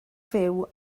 fyw